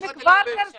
הם כבר קרסו.